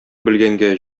белгәнгә